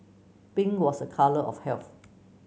pink was a colour of health